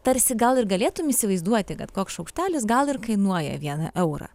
tarsi gal ir galėtum įsivaizduoti kad koks šaukštelis gal ir kainuoja vieną eurą